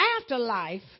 afterlife